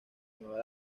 nueva